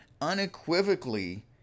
unequivocally